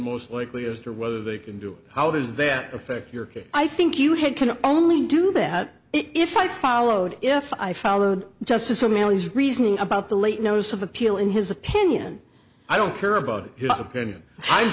most likely as to whether they can do how does that affect your case i think you had can only do that if i followed if i followed justice so now his reasoning about the late notice of appeal in his opinion i don't care about his opinion i'm